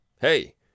hey